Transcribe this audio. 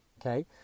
Okay